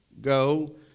go